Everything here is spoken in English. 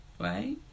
right